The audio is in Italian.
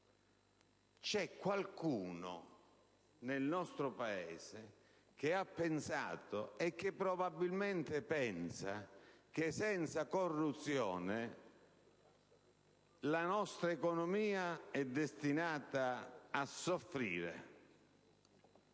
C'è qualcuno nel nostro Paese che ha pensato, e che probabilmente pensa, che senza corruzione la nostra economia è destinata a soffrire.